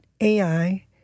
Ai